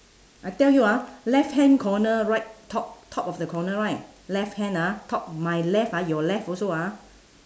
I tell you ah left hand corner right top top of the corner right left hand ah top my left ah your left also ah